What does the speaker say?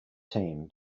team